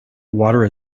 water